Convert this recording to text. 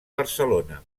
barcelona